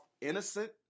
innocent